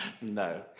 No